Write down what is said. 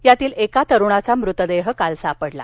यातील एका तरुणाचा मृतदेह काल सापडला